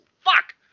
fuck